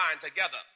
together